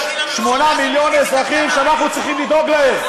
יש שמונה מיליון אזרחים שאנחנו צריכים לדאוג להם,